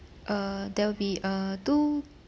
uh there'll be uh two